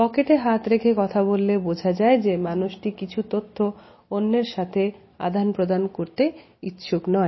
পকেটে হাত রেখে কথা বললে বোঝা যায় যে মানুষটি কিছু তথ্য অন্যের সাথে আদান প্রদান করতে ইচ্ছুক নয়